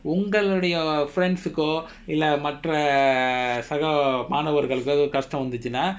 ஒங்களுடைய:ongaludaiya friends கோ இல்ல மற்ற:ko illa matra err சகோ மாணவர்களுக்கோ எதோ கஷ்டோ வந்திச்சுனா:sako manavargaluko etho kasto vanthichuna